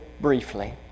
briefly